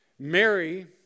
Mary